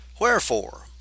Wherefore